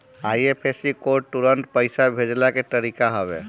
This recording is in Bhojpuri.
आई.एफ.एस.सी कोड तुरंत पईसा भेजला के तरीका हवे